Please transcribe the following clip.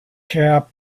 cap